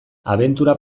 abentura